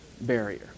barrier